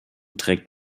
trägt